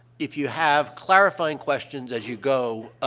if you have clarifying questions as you go, ah,